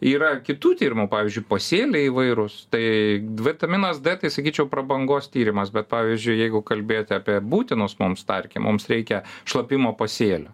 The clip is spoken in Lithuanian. yra kitų tyrimų pavyzdžiui pasėliai įvairūs tai vitaminas d tai sakyčiau prabangos tyrimas bet pavyzdžiui jeigu kalbėti apie būtinus mums tarkim mums reikia šlapimo pasėlio